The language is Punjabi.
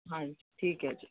ਹਾਂਜੀ ਠੀਕ ਹੈ ਜੀ